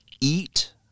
eat